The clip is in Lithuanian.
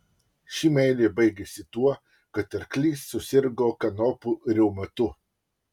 ši meilė baigėsi tuo kad arklys susirgo kanopų reumatu